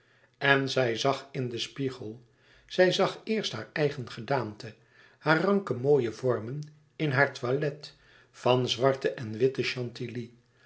en zij zag in den spiegel zij zag eerst haar eigen gedaante hare ranke mooie vormen in haar toilet van zwarte en witte